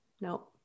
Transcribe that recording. no